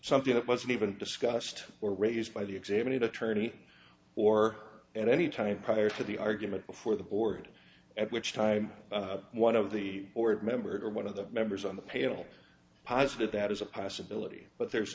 something that wasn't even discussed or raised by the examinate attorney or at any time prior to the argument before the board at which time one of the board members or one of the members on the payroll posited that as a possibility but there's